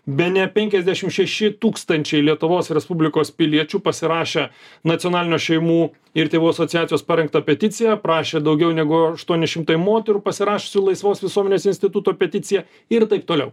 bene penkiasdešimt šeši tūkstančiai lietuvos respublikos piliečių pasirašę nacionalinio šeimų ir tėvų asociacijos parengtą peticiją prašė daugiau negu aštuoni šimtai moterų pasirašiusių laisvos visuomenės instituto peticiją ir taip toliau